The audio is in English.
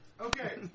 Okay